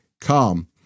calm